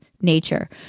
nature